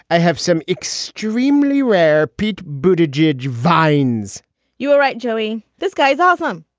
i have some extremely rare pete buddah jej vine's you are right, joey. this guy is awesome